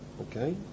okay